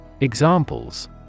Examples